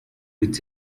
with